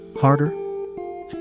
harder